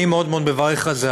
אני מאוד מאוד מברך על זה,